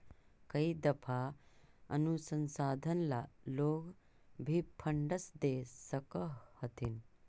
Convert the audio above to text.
कई दफा अनुसंधान ला लोग भी फंडस दे सकअ हथीन